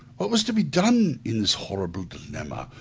what was to be done in this horrible dilemma?